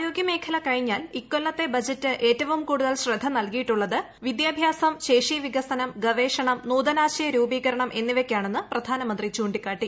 ആരോഗൃ മേഖല കഴിഞ്ഞാൽ ഇക്കൊല്ലത്തെ ബജറ്റ് ഏറ്റവും കൂടുതൽ ശ്രദ്ധ നൽകിയിട്ടുള്ളത് വിദ്യാഭ്യാസം ശേഷ്ഠിവികസനം ഗവേഷണം നൂതനാശയ രൂപീകരണം എന്നിവയ്ക്ക്ട്ടിണെന്നു പ്രധാനമന്ത്രി ചൂണ്ടിക്കാട്ടി